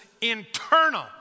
internal